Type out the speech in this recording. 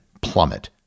plummet